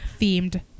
themed